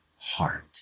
heart